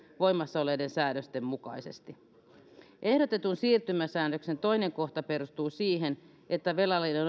voimassa olleiden säännösten mukaisesti ehdotetun siirtymäsäännöksen toinen kohta perustuu siihen että velallinen